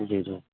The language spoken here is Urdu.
جی جی